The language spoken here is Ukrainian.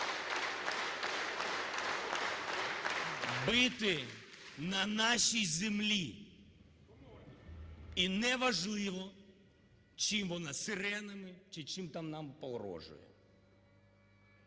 Бити на нашій землі. І неважливо, чим вона, сиренами, чи чим там нам погрожує.